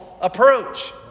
approach